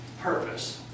purpose